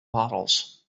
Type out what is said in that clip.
models